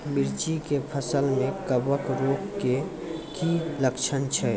मिर्ची के फसल मे कवक रोग के की लक्छण छै?